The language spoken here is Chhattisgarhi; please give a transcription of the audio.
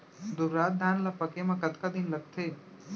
दुबराज धान ला पके मा कतका दिन लगथे?